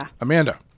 Amanda